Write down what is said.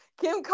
Kim